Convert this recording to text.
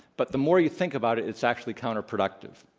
but the more you think about it, it's actually counterproductive.